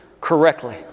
correctly